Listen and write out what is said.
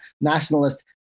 nationalist